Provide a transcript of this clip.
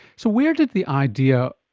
so where did the idea,